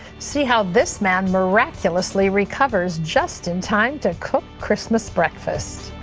see how this man miraculously recovers just in time to cook christmas breakfast.